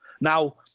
Now